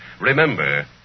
Remember